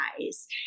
Eyes